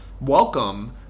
welcome